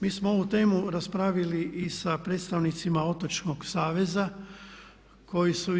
Mi smo ovu temu raspravili i sa predstavnicima Otočnog saveza koji su